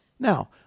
Now